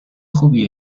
خوبی